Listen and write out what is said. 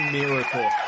miracle